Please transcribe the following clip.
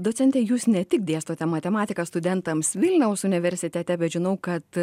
docente jūs ne tik dėstote matematiką studentams vilniaus universitete bet žinau kad